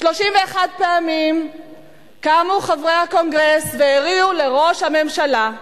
31 פעמים קמו חברי הקונגרס והריעו לראש הממשלה,